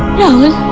know.